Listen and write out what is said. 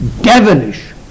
devilish